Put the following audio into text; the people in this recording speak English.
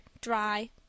dry